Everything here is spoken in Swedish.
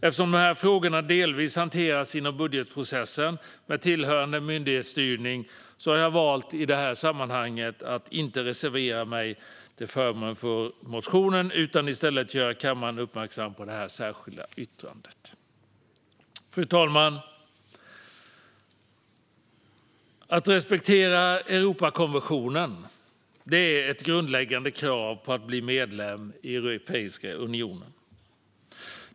Eftersom dessa frågor delvis hanteras inom budgetprocessen med tillhörande myndighetsstyrning har jag valt att i detta sammanhang inte reservera mig till förmån för motionen utan i stället göra kammaren uppmärksam på det särskilda yttrandet. Fru talman! Att respektera Europakonventionen är ett grundläggande krav för att bli medlem i Europeiska unionen.